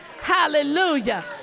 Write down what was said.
Hallelujah